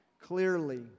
clearly